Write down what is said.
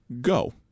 go